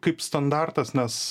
kaip standartas nes